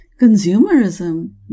consumerism